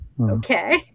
Okay